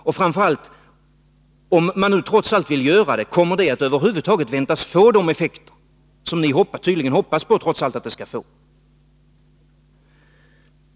Och framför allt, om man nu trots allt vill göra det, kommer det över huvud taget att få de effekter som ni tydligen hoppas att det skall få?